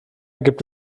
gibt